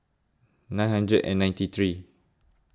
nine hundred and ninety three